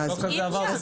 לא כזה עבר.